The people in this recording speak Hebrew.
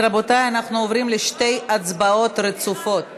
רבותיי, אנחנו עוברים לשתי הצבעות רצופות.